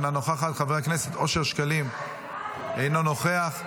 אינה נוכחת,